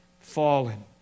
fallen